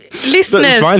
Listeners